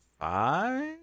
five